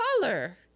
color